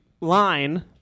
line